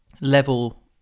level